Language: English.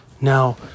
Now